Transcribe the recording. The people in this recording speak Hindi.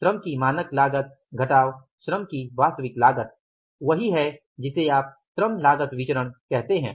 श्रम की मानक लागत घटाव श्रम की वास्तविक लागत वही है जिसे आप श्रम लागत विचरण कहते है